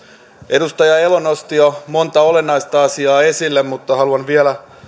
edustaja elo nosti jo monta olennaista asiaa esille mutta haluan vielä